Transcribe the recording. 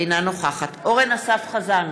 אינה נוכחת אורן אסף חזן,